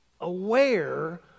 aware